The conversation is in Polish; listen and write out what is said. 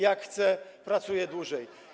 Jak chce, pracuje dłużej.